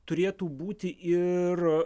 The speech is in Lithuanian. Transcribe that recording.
turėtų būti ir